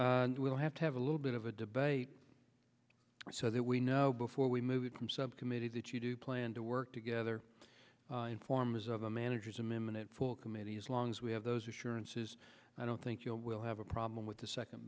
bill we'll have to have a little bit of a debate so that we know before we move from subcommittee that you do plan to work together in forms of the manager's amendment it full committee as long as we have those assurances i don't think you will have a problem with the second